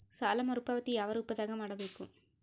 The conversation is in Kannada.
ಸಾಲ ಮರುಪಾವತಿ ಯಾವ ರೂಪದಾಗ ಮಾಡಬೇಕು?